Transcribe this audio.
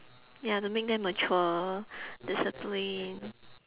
ya to make them mature disciplined